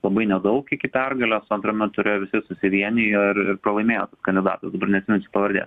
labai nedaug iki pergalės antrame ture visi susivienijo ir ir pralaimėjo tas kandidatas dabar neatsiminsiu pavardės